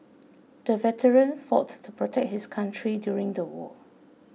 the veteran fought to protect his country during the war